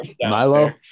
Milo